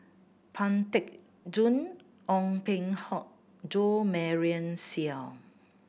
Pang Teck Joon Ong Peng Hock Jo Marion Seow